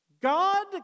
God